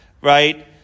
right